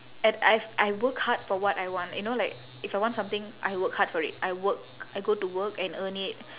and I've I work hard for what I want you know like if I want something I work hard for it I work I go to work and earn it